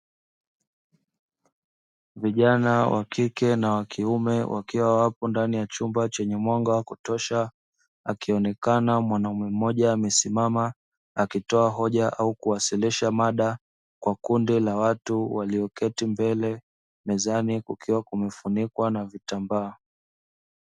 Vijana wa kike na wa kiume wakiwa wapo ndani ya chumba chenye mwanga wa kutosha, ikionekana mwanaume mmoja amesimama akitoa hoja au kuwasilisha mada kwa kundi la watu walioketi mbele mezani kukiwa kumefunikwa na vitambaa.